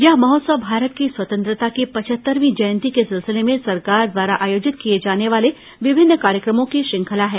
यह महोत्सव भारत की स्वतंत्रता की पचहत्तरवीं जयंती के सिलसिले में सरकार द्वारा आयोजित किये जाने वाले विभिन्न कार्यक्रमों की श्रृंखला है